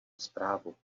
zprávu